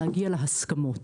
להגיע להסכמות